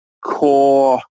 core